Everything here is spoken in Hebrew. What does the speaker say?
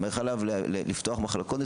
אני סומך עליו לפתוח מחלקות מסוימות,